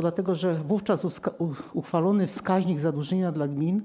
Dlatego, że wówczas uchwalony wskaźnik zadłużenia dla gmin